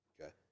okay